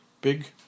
Big